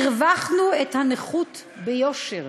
הרווחנו את הנכות ביושר.